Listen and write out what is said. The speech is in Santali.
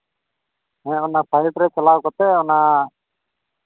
ᱦᱮᱸ ᱚᱱᱟ ᱥᱟᱭᱤᱴ ᱨᱮ ᱪᱟᱞᱟᱣ ᱠᱟᱛᱮᱫ ᱦᱮᱸ ᱚᱱᱟ